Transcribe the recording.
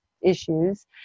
issues